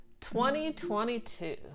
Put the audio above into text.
2022